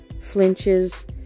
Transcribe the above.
Flinches